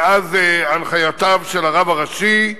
מאז הנחיותיו של הרב הראשי,